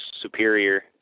superior